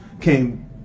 came